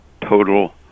total